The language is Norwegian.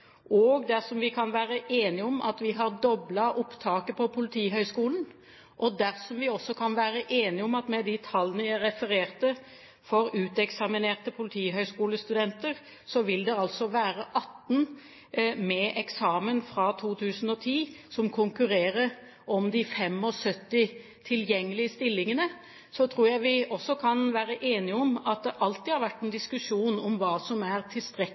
sittet, dersom vi kan være enige om at vi har doblet opptaket til Politihøgskolen, og dersom vi også kan være enige om at med de tallene jeg refererte for uteksaminerte politihøgskolestudenter, vil det være 18 med eksamen fra 2010 som konkurrerer om de 75 tilgjengelige stillingene, så tror jeg vi også kan være enige om at det alltid har vært en diskusjon om hva som er